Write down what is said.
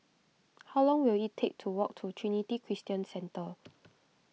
how long will it take to walk to Trinity Christian Centre